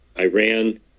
Iran